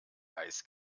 eis